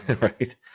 right